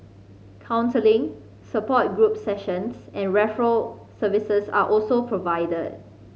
counselling support group sessions and referral services are also provided